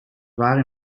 waren